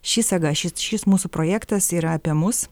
ši saga šit šis mūsų projektas yra apie mus